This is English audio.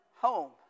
home